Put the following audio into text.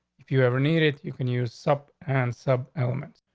if you ever needed you can use up and sub element.